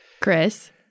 Chris